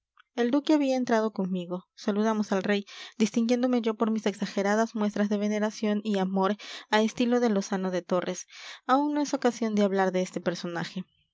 el duque había entrado conmigo saludamos al rey distinguiéndome yo por mis exageradas muestras de veneración y amor a estilo lozano de torres aún no es ocasión de hablar de este personaje fernando me recibió con